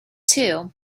too